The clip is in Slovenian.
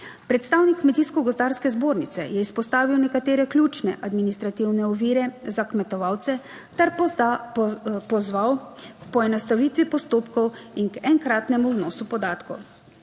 Predstavnik Kmetijsko gozdarske zbornice je izpostavil nekatere ključne administrativne ovire za kmetovalce ter pozval k poenostavitvi postopkov in k enkratnemu vnosu podatkov.